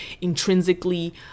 intrinsically